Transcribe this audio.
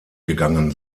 gegangen